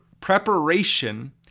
preparation